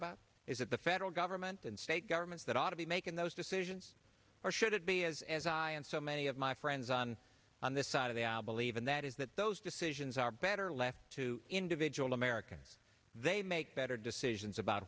about is it the federal government and state governments that ought to be making those decisions or should it be as so many of my friends on on this side of the i believe in that is that those decisions are better left to individual americans they make better decisions about